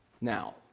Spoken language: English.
Now